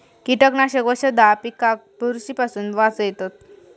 कीटकनाशक वशधा पिकाक बुरशी पासून वाचयतत